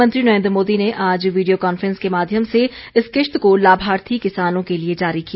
प्रधानमंत्री नरेन्द्र मोदी ने आज वीडियो कॉन्फ्रेंस के माध्यम से इस किश्त को लाभार्थी किसानों के लिए जारी किया